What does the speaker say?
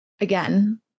again